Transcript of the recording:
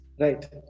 Right